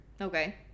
Okay